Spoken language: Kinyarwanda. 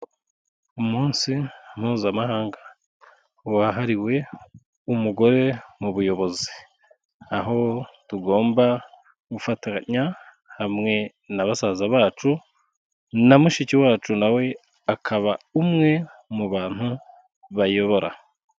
Umunsi Mpuzamahanga wahariwe umugore mu buyobozi, aho tugomba gufatanya hamwe na basaza bacu, na mushiki wacu na we, akaba umwe mu bantu bayobora.